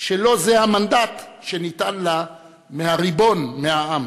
שלא זה המנדט שניתן לה מהריבון, מהעם.